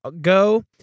go